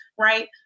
right